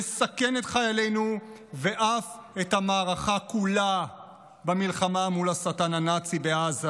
מסכנות את חיילינו ואף את המערכה כולה במלחמה מול השטן הנאצי בעזה.